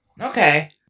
Okay